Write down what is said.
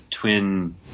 twin